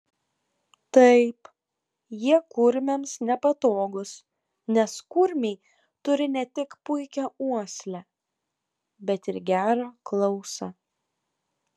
taip jie kurmiams nepatogūs nes kurmiai turi ne tik puikią uoslę bet ir gerą klausą